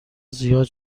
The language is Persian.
زیاد